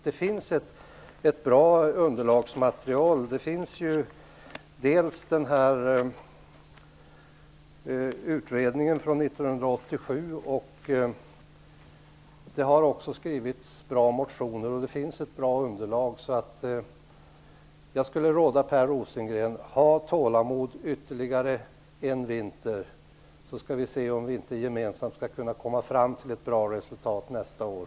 Det finns ett bra underlagsmaterial: Vi har utredningen från 1987, och det har skrivits bra motioner. Jag skulle råda Per Rosengren: Ha tålamod ytterligare en vinter, så skall vi se om vi inte gemensamt skall kunna komma fram till ett bra resultat nästa år.